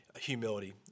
humility